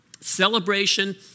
Celebration